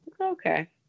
Okay